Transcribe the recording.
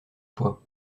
poids